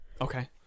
okay